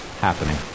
happening